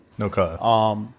Okay